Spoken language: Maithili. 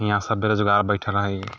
हियाँ सब बेरोजगार बैठल हय